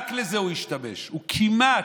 רק לזה הוא השתמש בו, הוא כמעט,